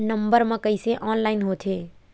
Number मा कइसे online होथे?